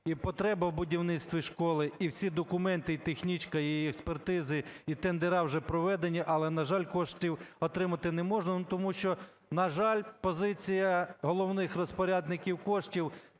і потреба в будівництві школи і всі документи, і технічка, і експертизи, і тендери вже проведені, але, на жаль коштів отримати не можна. Тому що, на жаль, позиція головних розпорядників кошів